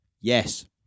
Yes